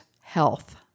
Health